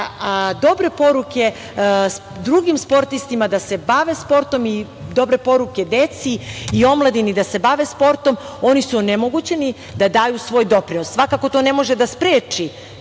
i dobre poruke drugim sportistima da se bave sportom i dobre poruke deci i omladini da se bave sportom oni su onemogućeni da daju svoj doprinos. Svakako to ne može da spreči